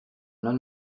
man